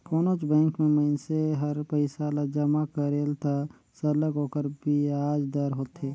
कोनोच बंेक में मइनसे हर पइसा ल जमा करेल त सरलग ओकर बियाज दर होथे